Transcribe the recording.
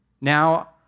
Now